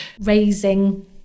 raising